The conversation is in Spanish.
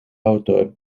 autor